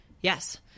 Yes